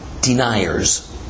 deniers